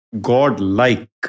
God-like